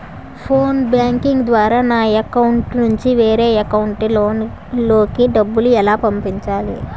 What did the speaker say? Phone banking ద్వారా నా account నుంచి వేరే అకౌంట్ లోకి డబ్బులు ఎలా పంపించాలి?